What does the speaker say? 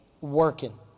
working